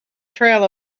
trail